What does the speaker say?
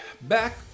back